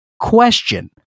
question